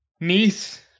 Niece